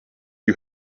you